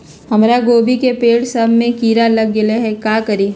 हमरा गोभी के पेड़ सब में किरा लग गेल का करी?